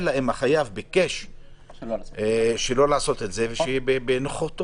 אלא אם החייב ביקש שלא לעשות את זה ושיהיה בנוכחותו.